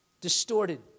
distorted